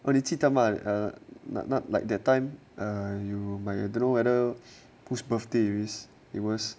oh 你记得吗 like that time err you might you don't know whether whose birthday is it was